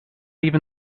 even